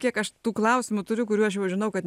kiek aš tų klausimų turiu kurių aš jau žinau kad